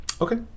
Okay